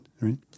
right